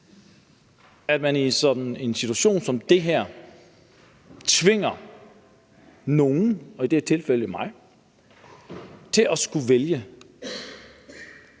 at man i en situation som den her tvinger nogle, og i det her tilfælde mig, til at skulle vælge,